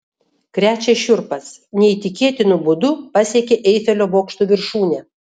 krečia šiurpas neįtikėtinu būdu pasiekė eifelio bokšto viršūnę